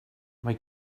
mae